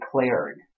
declared